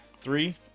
Three